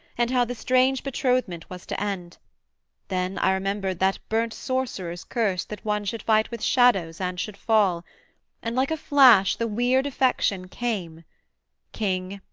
and how the strange betrothment was to end then i remembered that burnt sorcerer's curse that one should fight with shadows and should fall and like a flash the weird affection came king,